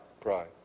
Pride